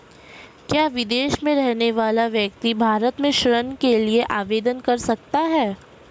क्या विदेश में रहने वाला व्यक्ति भारत में ऋण के लिए आवेदन कर सकता है?